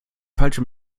falsche